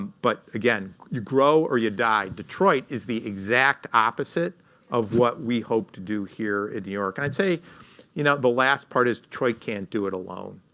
but again, you grow, or you die. detroit is the exact opposite of what we hope to do here in new york. and i'd say you know the last part is detroit can't do it alone.